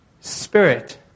spirit